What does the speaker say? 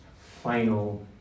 final